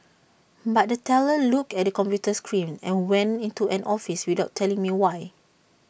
but the teller looked at the computer screen and went into an office without telling me why